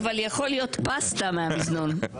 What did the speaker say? בסעיף 1(ב1)(1)(ב)(2),